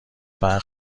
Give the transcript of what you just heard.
فقر